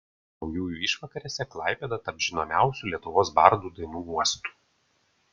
naujųjų išvakarėse klaipėda taps žinomiausių lietuvos bardų dainų uostu